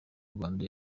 rwanda